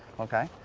okay,